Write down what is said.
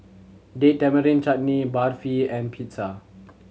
Date Tamarind Chutney Barfi and Pizza